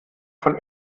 von